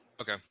Okay